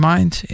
Mind